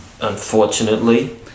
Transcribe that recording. unfortunately